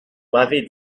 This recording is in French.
m’avez